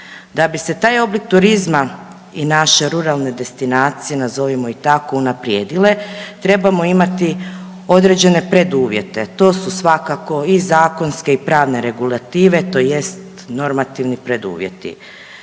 Da bi se taj oblik turizma i naše ruralne destinacije, nazovimo ih tako, unaprijedile trebamo imati određene preduvjete. To su svakako i zakonske i pravne regulative tj. normativni preduvjeti.